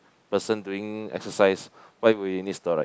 person doing exercise why we need steroid